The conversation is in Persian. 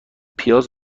پیاز